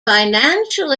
financial